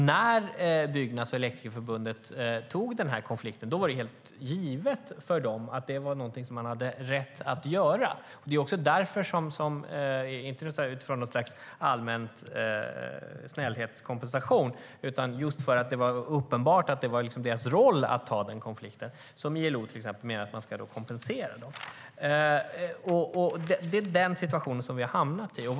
När Byggnads och Elektrikerförbundet tog konflikten var det givet för dem att de hade rätt att göra det och att det var uppenbart att det var deras roll. Det var inte utifrån något slags allmän snällhetskompensation. ILO till exempel menar att de ska kompenseras. Det är den situation vi har hamnat i.